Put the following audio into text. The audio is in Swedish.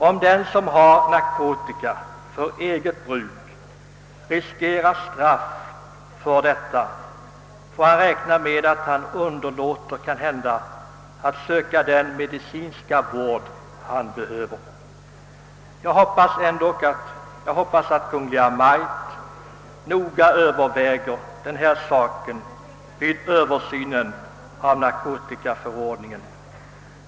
Om den som har narkotika för eget bruk riskerar straff för detta, får man räkna med att han underlåter att söka den medicinska vård han behöver. Jag hoppas att Kungl. Maj:t noga överväger den här saken vid översynen av narkotikaförordningen.